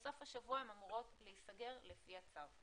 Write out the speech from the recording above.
בסוף השבוע הן אמורות להיסגר לפי הצו.